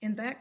in that